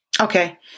Okay